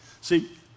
See